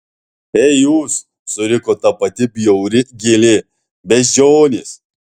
ei jūs suriko ta pati bjauri gėlė beždžionės